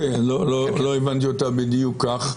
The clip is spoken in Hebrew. לא הבנתי אותה בדיוק כך.